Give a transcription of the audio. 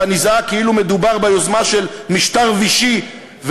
נזעק כאילו מדובר ביוזמה של משטר וישי,